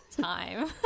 time